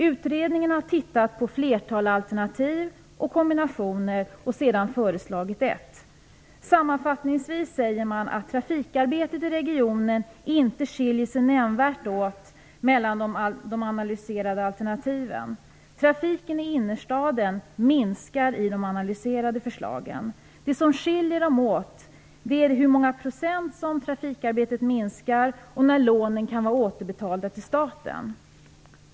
Utredningen har tittat på ett flertal alternativ och kombinationer och sedan föreslagit ett av dem. Sammanfattningsvis säger man att trafikarbetet i regionen inte skiljer sig nämnvärt åt mellan de analyserade alternativen. Trafiken i innerstaden minskar i de analyserade förslagen. Det som skiljer dem åt är hur många procent som trafikarbetet minskar och när lånen kan vara återbetalda till staten.